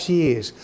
years